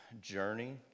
journey